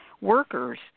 workers